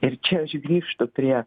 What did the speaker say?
ir čia aš grįžtu prie